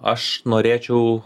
aš norėčiau